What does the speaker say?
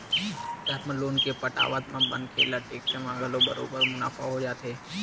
term loan के पटावत म मनखे ल टेक्स म घलो बरोबर मुनाफा हो जाथे